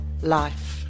life